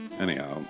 Anyhow